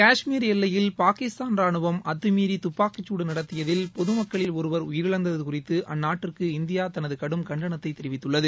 காஷ்மீர் எல்லையில் பாகிஸ்தான் ரணுவம் அத்துமீறி துப்பாக்கிச்சூடு நடத்தியதில் பொது மக்களில் ஒருவர் உயிரிழந்தது குறித்து அந்நாட்டிற்கு இந்தியா தனது கடும் கண்டனத்தை தெரிவித்துள்ளது